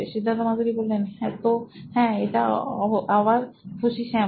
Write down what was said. সিদ্ধার্থ মাতু রি C E O নোইন ইলেক্ট্রনিক্সতো হ্যাঁ এটা আবার খুশি স্যাম